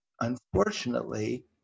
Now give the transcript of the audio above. unfortunately